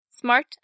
smart